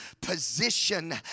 position